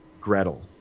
Gretel